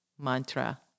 Mantra